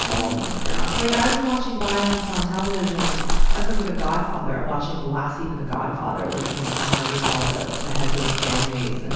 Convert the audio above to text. oh my god! like i was watching violence on television i remember the godfather, watching the last scene of the godfather, where, you know, he murders all the the heads of the families. and yeah